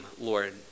Lord